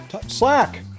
Slack